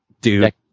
dude